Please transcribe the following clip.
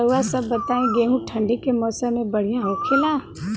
रउआ सभ बताई गेहूँ ठंडी के मौसम में बढ़ियां होखेला?